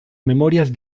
memorias